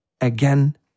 again